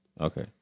Okay